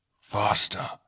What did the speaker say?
faster